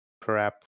crap